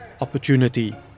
opportunity